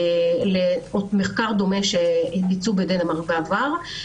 למחקר דומה שבוצע בדנמרק בעבר.